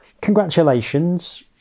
Congratulations